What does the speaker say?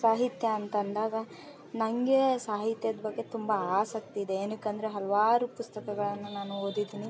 ಸಾಹಿತ್ಯ ಅಂತ ಅಂದಾಗ ನನಗೆ ಸಾಹಿತ್ಯದ ಬಗ್ಗೆ ತುಂಬಾ ಆಸಕ್ತಿ ಇದೆ ಏನಕ್ಕಂದರೆ ಹಲವಾರು ಪುಸ್ತಕಗಳನ್ನು ನಾನು ಓದಿದ್ದೀನಿ